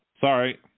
Sorry